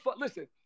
listen